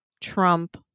Trump